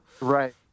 Right